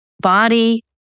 body